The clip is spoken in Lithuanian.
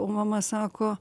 o mama sako